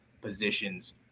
positions